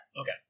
Okay